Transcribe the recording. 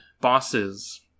bosses